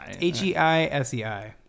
H-E-I-S-E-I